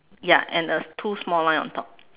ya and a two small line on top